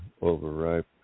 overripe